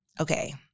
Okay